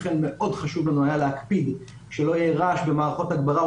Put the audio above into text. לכן היה לנו מאוד חשוב להקפיד על כך שלא יהיה רעש ממערכות הגברה,